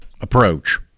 approach